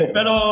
Pero